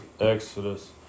Exodus